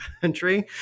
country